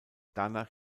danach